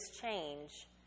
change